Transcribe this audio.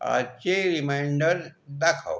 आजचे रिमाइंडर दाखव